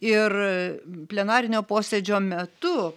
ir plenarinio posėdžio metu